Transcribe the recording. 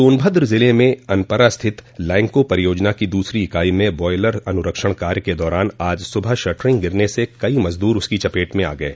सोनभद्र ज़िले में अनपरा स्थित लैंको परियोजना की दूसरी इकाई में ब्वायलर अनुरक्षण कार्य के दौरान आज सुबह शटरिंग गिरने से कई मजदूर उसकी चपेट में आ गये